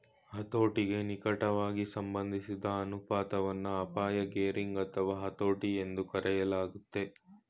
ಹತೋಟಿಗೆ ನಿಕಟವಾಗಿ ಸಂಬಂಧಿಸಿದ ಅನುಪಾತವನ್ನ ಅಪಾಯ ಗೇರಿಂಗ್ ಅಥವಾ ಹತೋಟಿ ಎಂದೂ ಕರೆಯಲಾಗುತ್ತೆ